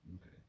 okay